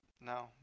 No